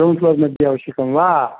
ground floor मध्ये आवश्यकं वा